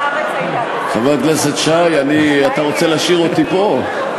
חבר הכנסת שי, אתה רוצה להשאיר אותי פה?